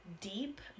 deep